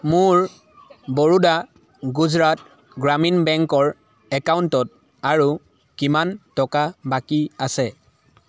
মোৰ বৰোডা গুজৰাট গ্ৰামীণ বেংকৰ একাউণ্টত আৰু কিমান টকা বাকী আছে